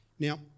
Now